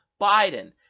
Biden